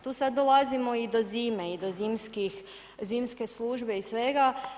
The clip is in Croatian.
Tu sad dolazimo i do zime i do zimske službe i svega.